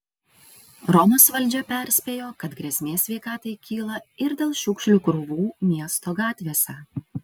romos valdžia perspėjo kad grėsmė sveikatai kyla ir dėl šiukšlių krūvų miesto gatvėse